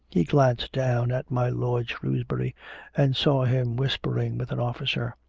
he glanced down at my lord shrewsbury and saw him whispering with an officer.